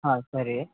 ಹಾಂ ಸರಿ